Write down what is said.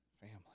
family